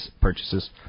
purchases